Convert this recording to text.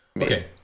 Okay